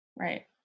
Right